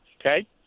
Okay